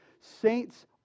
Saints